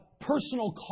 personal